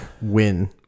win